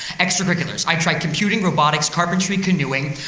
extracurriculars i tried computing, robotics, carpentry, canoeing,